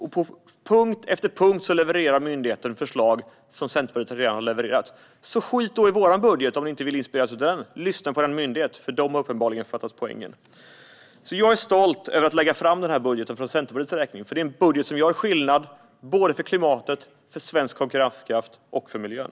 På punkt efter punkt levererar myndigheten förslag som Centerpartiet redan har levererat. Skit i vår budget om ni inte vill inspireras av den, men lyssna på er myndighet - för den har uppenbarligen fattat poängen! Jag är stolt över att lägga fram denna budget för Centerpartiets räkning. Det är en budget som gör skillnad såväl för klimatet som för svensk konkurrenskraft och för miljön.